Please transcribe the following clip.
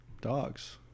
Dogs